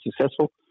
successful